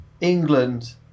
England